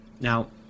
Now